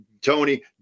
Tony